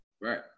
Right